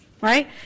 Right